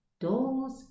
doors